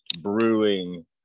brewing